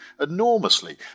enormously